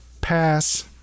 pass